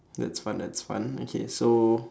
that's fun that's fun okay so